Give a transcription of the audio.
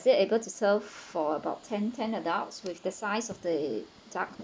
it able to serve for about ten ten adults with the size of the duck